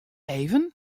even